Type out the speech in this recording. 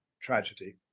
tragedy